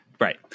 right